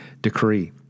decree